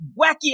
wacky